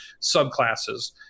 subclasses